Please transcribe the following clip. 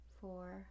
four